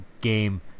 game